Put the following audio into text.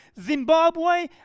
Zimbabwe